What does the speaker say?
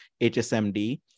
HSMD